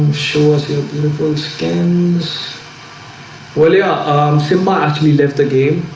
sure so skins well, yeah simple actually left the game.